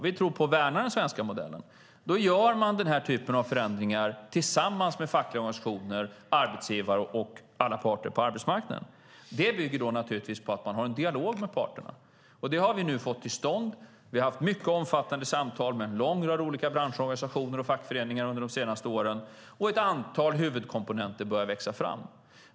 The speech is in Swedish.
Vi tror på att värna den svenska modellen. Då gör man den typen av förändringar tillsammans med fackliga organisationer, arbetsgivare och alla parter på arbetsmarknaden. Det bygger naturligtvis på att man har en dialog med parterna, och det har vi nu fått till stånd. Vi har haft mycket omfattande samtal med en lång rad olika branschorganisationer och fackföreningar under de senaste åren, och ett antal huvudkomponenter börjar växa fram.